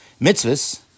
mitzvahs